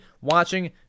watching